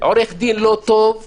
עורך דין לא טוב ייכשל.